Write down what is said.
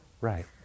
Right